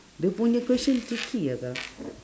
dia punya question tricky ah kak